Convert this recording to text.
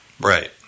Right